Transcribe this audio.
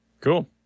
Cool